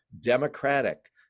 Democratic